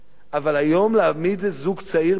אבל היום, להעמיד זוג צעיר במצב